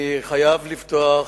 אני חייב לפתוח,